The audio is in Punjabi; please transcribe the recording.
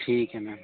ਠੀਕ ਹੈ ਮੈਮ